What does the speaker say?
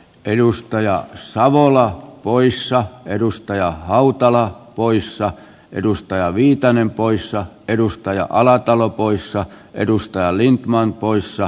edustaja saa olla poissa edus ta jan hautala poissa edustaja viitanen poissa edustaja alatalo poissa edustaa niin maan tulevaisuudelle